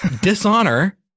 dishonor